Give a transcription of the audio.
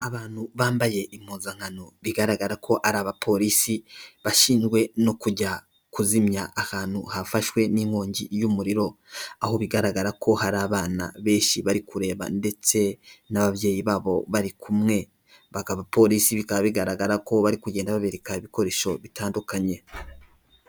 Abantu bambaye impuzankano bigaragara ko ari abapolisi bashinzwe no kujya kuzimya ahantu hafashwe n'inkongi y'umuriro, aho bigaragara ko hari abana benshi bari kureba ndetse n'ababyeyi babo bari kumwe, bakaba abapolisi bikaba bigaragara ko bari kugenda babereka ibikoresho bitandukanye.